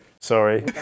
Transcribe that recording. Sorry